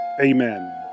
Amen